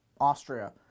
Austria